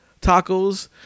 tacos